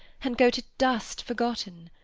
and go to dust forgotten